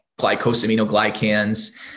glycosaminoglycans